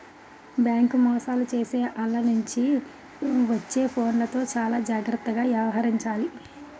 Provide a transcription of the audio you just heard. bank మోసాలు చేసే ఆల్ల నుంచి వచ్చే ఫోన్లతో చానా జాగర్తగా యవహరించాలి